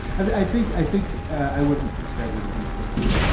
i i think i think i would describe it as a deep state, too.